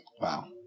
Wow